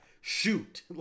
shoot